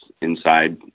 inside